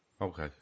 Okay